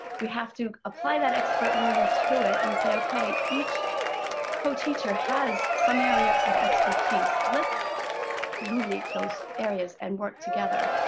we have to apply that expert learner to it and say okay, each co-teacher has some area of expertise. let's illuminate those areas, and work together,